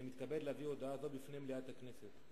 ואני מתכבד להביא הודעה זו בפני מליאת הכנסת.